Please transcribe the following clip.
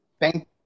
Thank